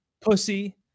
Pussy